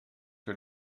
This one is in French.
que